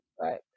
right